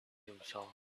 himself